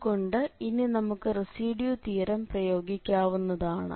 അതുകൊണ്ട് ഇനി നമുക്ക് റെസിഡ്യൂ തിയറം പ്രയോഗിക്കാവുന്നതാണ്